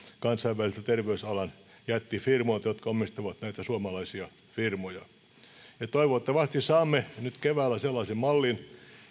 kansainvälisiltä terveysalan jättifirmoilta jotka omistavat näitä suomalaisia firmoja me toivottavasti saamme nyt keväällä sellaisen mallin